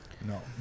no